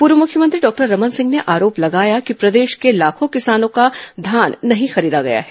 पूर्व मुख्यमंत्री डॉक्टर रमन सिंह ने आरोप लगाया कि प्रदेश के लाखों किसानों का धान नहीं खरीदा गया है